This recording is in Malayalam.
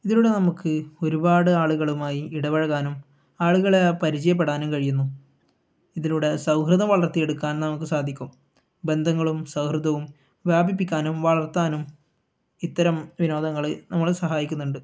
ഇതിലൂടെ നമുക്ക് ഒരുപാട് ആളുകളുമായി ഇടപഴകാനും ആളുകളെ പരിചയപ്പെടാനും കഴിയുന്നു ഇതിലൂടെ സൗഹൃദം വളർത്തിയെടുക്കാൻ നമുക്ക് സാധിക്കും ബന്ധങ്ങളും സൗഹൃദവും വ്യാപിപ്പിക്കാനും വളർത്താനും ഇത്തരം വിനോദങ്ങൾ നമ്മളെ സഹായിക്കുന്നുണ്ട്